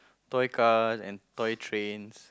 toy cars and toy trains